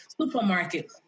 supermarket